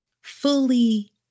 fully